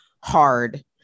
hard